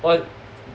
!wah!